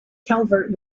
calvert